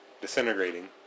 disintegrating